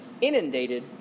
inundated